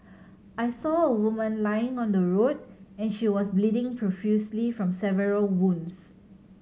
I saw a woman lying on the road and she was bleeding profusely from several wounds